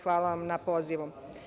Hvala vam na pozivu.